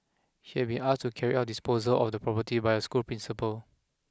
he had been asked to carry out disposal of the property by a school principal